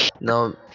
No